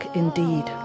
indeed